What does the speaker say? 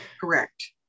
Correct